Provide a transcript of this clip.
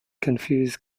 confuse